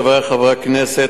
חברי חברי הכנסת,